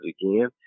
again